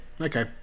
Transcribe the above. okay